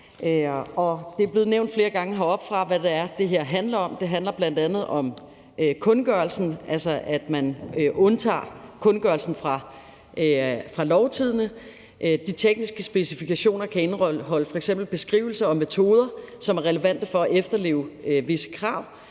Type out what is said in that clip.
Det er blevet nævnt flere gange heroppefra, hvad det er, det her handler om. Det handler bl.a. om kundgørelsen, altså at man undtager kundgørelsen fra Lovtidende. De tekniske specifikationer kan indeholde f.eks. beskrivelser og metoder, som er relevante for at efterleve visse krav.